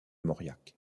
mauriac